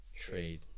trade